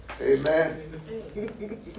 Amen